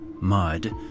mud